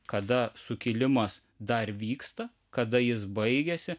kada sukilimas dar vyksta kada jis baigiasi